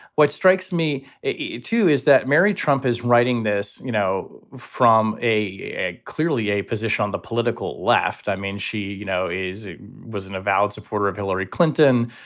what strikes me, too, is that mary trump is writing this. you know, from a clearly a position on the political left. i mean, she, you know, is was an avowed supporter of hillary clinton.